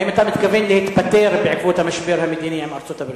האם אתה מתכוון להתפטר בעקבות המשבר המדיני עם ארצות-הברית?